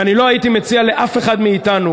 ואני לא הייתי מציע לאף אחד מאתנו,